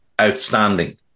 outstanding